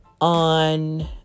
on